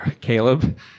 Caleb